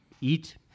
eat